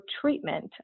treatment